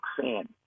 fan